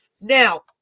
Now